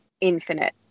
infinite